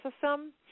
system